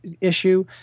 issue